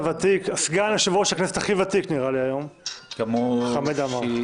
סגן יושב-ראש הכנסת הכי ותיק, חמד עמאר.